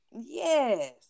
yes